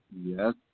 Yes